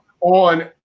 on